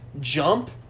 jump